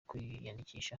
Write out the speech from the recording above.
kwiyandikisha